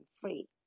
free